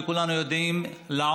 וכולנו יודעים זאת,